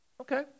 okay